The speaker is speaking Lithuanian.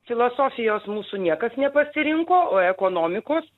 filosofijos mūsų niekas nepasirinko o ekonomikos